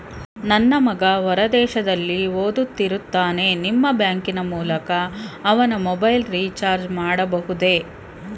ನನ್ನ ಮಗ ಹೊರ ದೇಶದಲ್ಲಿ ಓದುತ್ತಿರುತ್ತಾನೆ ನಿಮ್ಮ ಬ್ಯಾಂಕಿನ ಮೂಲಕ ಅವನ ಮೊಬೈಲ್ ರಿಚಾರ್ಜ್ ಮಾಡಬಹುದೇ?